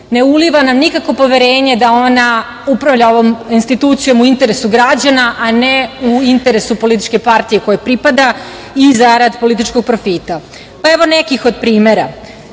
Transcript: ne uliva nam nikakvo poverenje da ona upravlja ovom institucijom u interesu građana, a ne u interesu političke partije kojoj pripada i zarad političkog profita. Pa, evo nekih od primera.